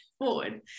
forward